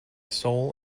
soul